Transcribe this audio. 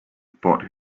bought